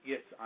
Yes